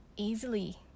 easily